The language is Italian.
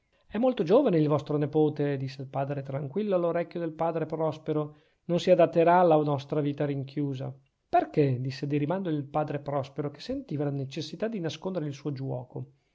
è molto giovane il vostro nepote disse il padre tranquillo all'orecchio del padre prospero non si adatterà alla nostra vita rinchiusa perchè disse di rimando il padre prospero che sentiva la necessità di nascondere il suo giuoco